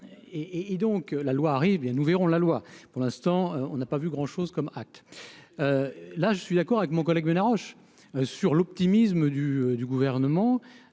et donc la loi arrive bien nous verrons la loi pour l'instant, on n'a pas vu grand-chose comme acte là je suis d'accord avec mon collègue mais la roche sur l'optimisme du du gouvernement